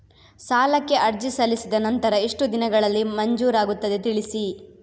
ಸಾಲಕ್ಕೆ ಅರ್ಜಿ ಸಲ್ಲಿಸಿದ ನಂತರ ಎಷ್ಟು ದಿನಗಳಲ್ಲಿ ಮಂಜೂರಾಗುತ್ತದೆ ತಿಳಿಸಿ?